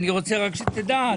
אני רוצה רק שתדע,